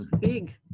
big